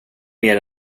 mer